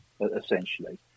essentially